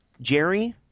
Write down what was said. Jerry